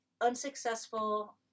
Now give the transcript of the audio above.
unsuccessful